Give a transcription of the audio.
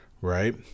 right